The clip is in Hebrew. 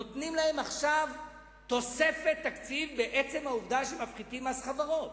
נותנים להם עכשיו תוספת תקציב בעצם העובדה שמפחיתים מס חברות,